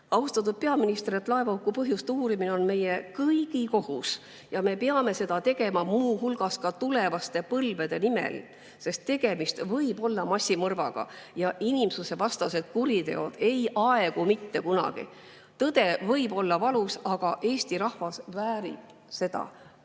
Austatud peaminister! Laevahuku põhjuste uurimine on meie kõigi kohus ja me peame seda tegema, muu hulgas ka tulevaste põlvede nimel, sest tegemist võib olla massimõrvaga ja inimsusevastased kuriteod ei aegu mitte kunagi. Tõde võib olla valus, aga Eesti rahvas väärib seda.